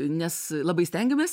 nes labai stengiamės